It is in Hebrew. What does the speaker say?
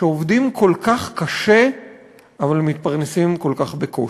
שעובדים כל כך קשה אבל מתפרנסים כל כך בקושי.